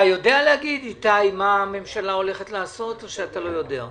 אתה יודע להגיד מה הממשלה הולכת לעשות או שאתה לא יודע?